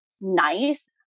nice